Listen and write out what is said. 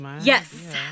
Yes